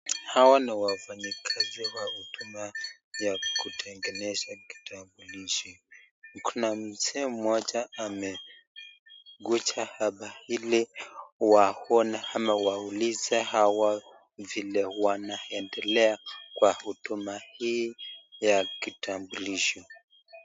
Hawa ni wafanyikazi wa huduma ya kutengeneza kitambulisho. Kuna mzee mmoja amekuja hapa ili waone ama waulize hawa vile wanaendelea kwa huduma hii ya kitambulisho.